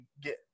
get